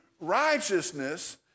righteousness